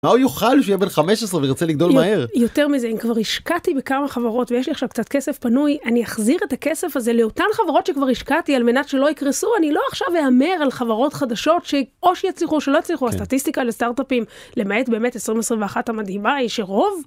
מה הוא יוכל שיהיה בן 15 וירצה לגדול מהר. -יותר מזה, אם כבר השקעתי בכמה חברות ויש לי עכשיו קצת כסף פנוי, אני אחזיר את הכסף הזה לאותן חברות שכבר השקעתי על מנת שלא יקרסו. אני לא עכשיו אהמר על חברות חדשות שאו שיצליחו או שלא יצליחו, הסטטיסטיקה לסטארט-אפים, למעט באמת 2021 המדהימה, היא שרוב.